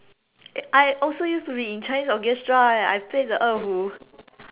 I also used to be in chinese orchestra eh I play the 二胡